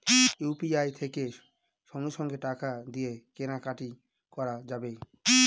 UPI থেকে সঙ্গে সঙ্গে টাকা দিয়ে কেনা কাটি করা যাবে